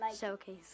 showcase